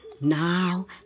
Now